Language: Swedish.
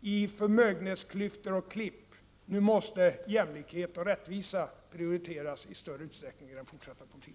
i form av förmögenhetsklyftor och klipp. Nu måste jämlikhet och rättvisa prioriteras i större utsträckning i den fortsatta politiken.